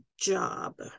job